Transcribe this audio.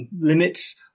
limits